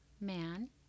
man